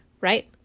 right